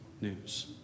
news